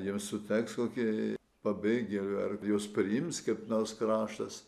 jiems suteiks kokį pabėgėlių ar juos priims kaip nors kraštas